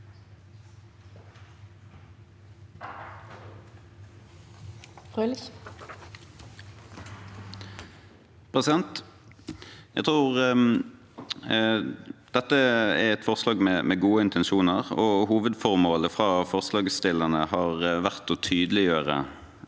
for saken): Jeg tror dette er et forslag med gode intensjoner. Hovedformålet fra forslagsstillerne har vært å tydeliggjøre